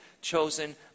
chosen